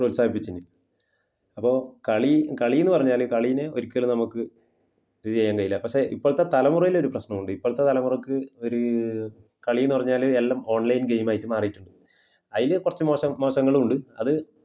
പ്രോൽസാഹിപ്പിച്ചിന് അപ്പോൾ കളി കളി എന്ന് പറഞ്ഞാൽ കളിനെ ഒരിക്കലും നമുക്ക് ഇത് ചെയ്യാൻ കഴിയില്ല പക്ഷേ ഇപ്പോഴത്തെ തലമുറയിൽ ഒരു പ്രശ്നമുണ്ട് ഇപ്പോഴത്തെ തലമുറക്ക് ഒരു കളി എന്ന് പറഞ്ഞാൽ എല്ലാം ഓൺലൈൻ ഗെയിം ആയിട്ട് മാറിയിട്ടുണ്ട് അതിൽ കുറച്ച് മോശം മോശങ്ങളുണ്ട് അത്